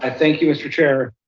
and thank you, mr. chair.